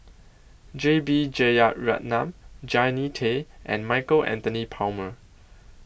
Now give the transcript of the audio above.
J B Jeyaretnam Jannie Tay and Michael Anthony Palmer